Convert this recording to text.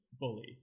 bully